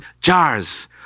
jars